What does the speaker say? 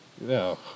No